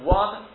one